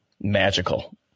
magical